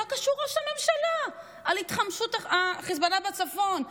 מה קשור ראש הממשלה להתחמשות חיזבאללה בצפון?